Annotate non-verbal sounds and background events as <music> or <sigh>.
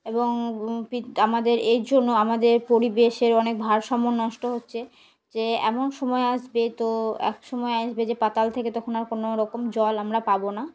এবং <unintelligible> আমাদের এর জন্য আমাদের পরিবেশের অনেক ভারসাম্য নষ্ট হচ্ছে যে এমন সময় আসবে তো এক সময় আসবে যে পাতাল থেকে তখন আর কোনো রকম জল আমরা পাব না